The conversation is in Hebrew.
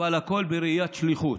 אבל הכול בראיית שליחות.